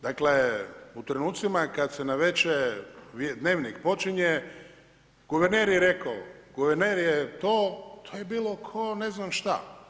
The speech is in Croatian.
Dakle u trenucima kada se navečer „Dnevnik“ počinje, guverner je rekao, guverner je to, to je bilo ko ne znam šta.